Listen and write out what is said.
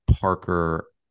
Parker